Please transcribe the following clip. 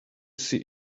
see